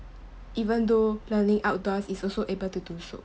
even though learning outdoors is also able to do so